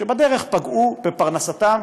ובדרך פגעו בפרנסתם